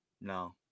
No